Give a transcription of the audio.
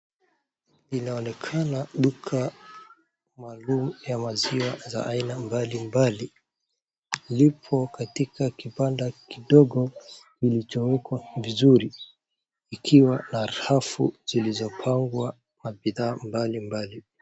Inaonekana duka maalum ya maziwa za aina mbalimbali lipo katika kibanda kidogo kilichowekwa vizuri kikiwa na rafu zilizopangwa na mabidhaa mbalimbali.